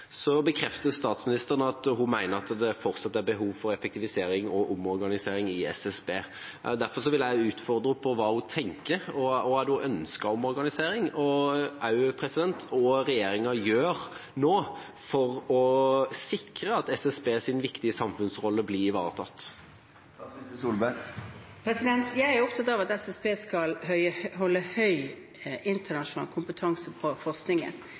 så mange viktige sammenhenger. Statsministeren bekrefter at hun mener det fortsatt er behov for effektivisering og omorganisering i SSB. Derfor vil jeg utfordre henne på hva hun tenker. Hva er det hun ønsker av omorganisering? Og hva gjør regjeringa nå for å sikre at SSBs viktige samfunnsrolle blir ivaretatt? Jeg er opptatt av at SSB skal ha høy internasjonal kompetanse på forskningen.